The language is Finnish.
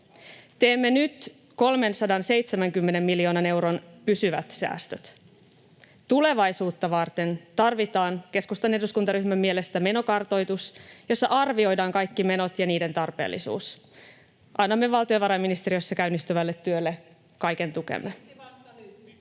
Teemme nyt 370 miljoonan euron pysyvät säästöt. Tulevaisuutta varten tarvitaan keskustan eduskuntaryhmän mielestä menokartoitus, jossa arvioidaan kaikki menot ja niiden tarpeellisuus. Annamme valtiovarainministeriössä käynnistyvälle työlle kaiken tukemme.